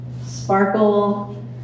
sparkle